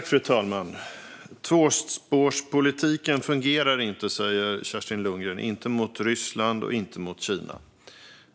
Fru talman! Tvåspårspolitiken fungerar inte, säger Kerstin Lundgren - inte mot Ryssland och inte mot Kina.